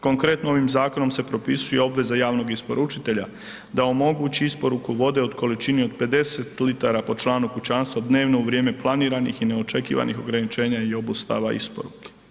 Konkretno ovim zakonom se propisuje obveza javnog isporučitelja da omogući isporuku vode u količini od 50 litara po članu kućanstva dnevno u vrijeme planiranih i neočekivanih ograničenja i obustava isporuke.